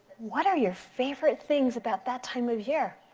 what are your favorite things about that time of year?